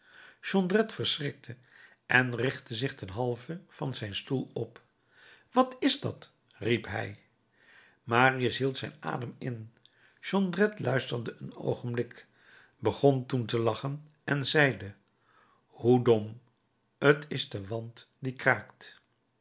jondrette verschrikte en richtte zich ten halve van zijn stoel op wat is dat riep hij marius hield zijn adem in jondrette luisterde een oogenblik begon toen te lachen en zeide hoe dom t is de wand die kraakt